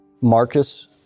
Marcus